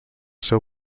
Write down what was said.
seu